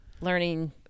learning